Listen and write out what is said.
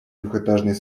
двухэтажный